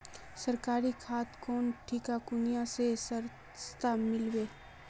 सरकारी खाद कौन ठिना कुनियाँ ले सस्ता मीलवे?